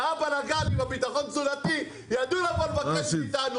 שהיה בלאגן עם הביטחון התזונתי ידעו לבוא לבקש מאיתנו